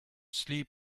sleep